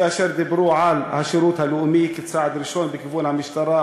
כאשר דיברו על השירות הלאומי כצעד ראשון לכיוון המשטרה,